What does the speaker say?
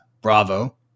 Bravo